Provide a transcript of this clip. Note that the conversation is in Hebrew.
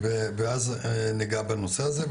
ואז ניגע בנושא הזה,